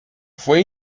fue